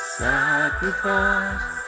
sacrifice